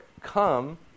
come